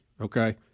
okay